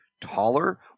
taller